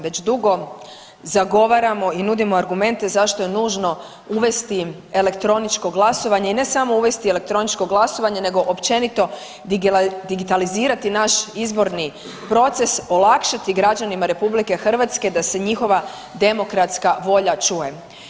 Već dugo zagovaramo i nudimo argumente zašto je nužno uvesti elektroničko glasovanje i ne samo uvesti elektroničko glasovanje nego općenito digitalizirati naš izborni proces, olakšati građanima RH da se njihova demokratska volja čuje.